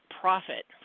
profit